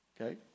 Okay